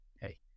hey